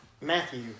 Matthew